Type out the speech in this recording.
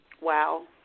Wow